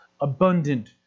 abundant